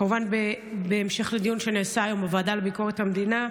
כמובן בהמשך לדיון שנעשה היום בוועדה לביקורת המדינה,